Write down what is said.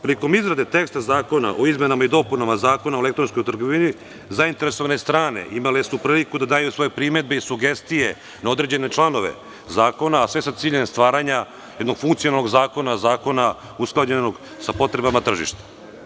Prilikom izrade teksta zakona o izmenama i dopunama Zakona o elektronskoj trgovini zainteresovane strane su imale priliku da daju svoje primedbe i sugestije na određene članove zakona, a sve sa ciljem stvaranja jednog funkcionalnog zakona, zakona usklađenog sa potrebama tržišta.